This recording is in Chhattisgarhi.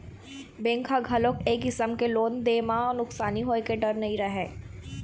बेंक ह घलोक ए किसम के लोन दे म नुकसानी होए के डर नइ रहय